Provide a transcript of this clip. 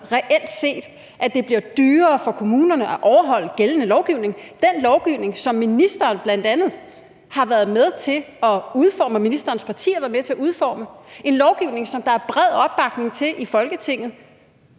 reelt set, at det bliver dyrere for kommunerne at overholde gældende lovgivning – en lovgivning, som bl.a. ministeren har været med til at udforme, som ministerens parti har været med til at udforme, og en lovgivning, der er bred opbakning til i Folketinget?